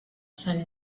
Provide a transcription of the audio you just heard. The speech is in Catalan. sant